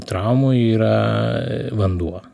traumų yra vanduo